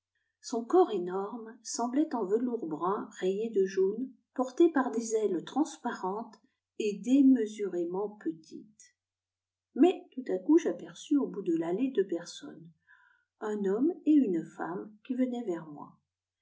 son corps énorme semblait en velours brun rayé de jaune porté par des ailes transparentes et démesurément petites mais tout à coup j'aperçus au bout de l'allée deux personnes un homme et une femme qui venaient vers moi